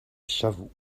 shovel